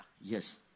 Yes